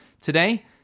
Today